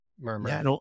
Murmur